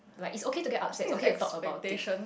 like it's okay to get upset it's okay to talk about it